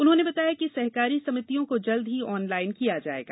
उन्होंने बताया कि सहकारी समितियों को जल्द ही ऑनलाइन किया जायेगा